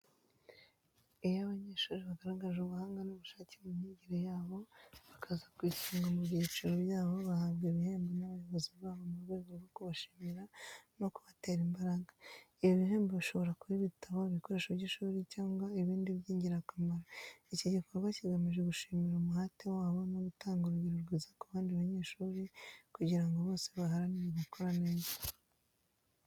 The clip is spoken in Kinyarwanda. Iyo abanyeshuri bagaragaje ubuhanga n’ubushake mu myigire yabo, bakaza ku isonga mu byiciro byabo, bahabwa ibihembo n’abayobozi babo mu rwego rwo kubashimira no kubatera imbaraga. Ibi bihembo bishobora kuba ibitabo, ibikoresho by’ishuri cyangwa ibindi by’ingirakamaro. Iki gikorwa kigamije gushimira umuhate wabo no gutanga urugero rwiza ku bandi banyeshuri, kugira ngo bose baharanire gukora neza.